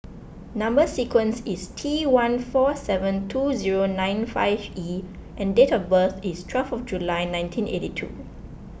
Number Sequence is T one four seven two zero nine five E and date of birth is twelve July nineteen eighty two